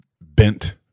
bent